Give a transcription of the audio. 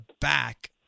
back